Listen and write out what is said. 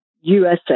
USA